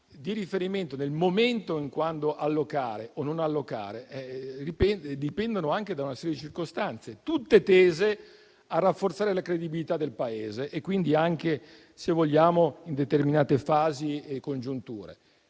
di riferimento relativi al momento in cui allocare o non allocare dipendono anche da una serie di circostanze, tutte tese a rafforzare la credibilità del Paese, anche, se vogliamo, in determinate fasi e congiunture.